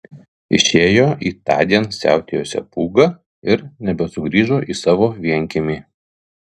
išėjo į tądien siautėjusią pūgą ir nebesugrįžo į savo vienkiemį